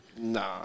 Nah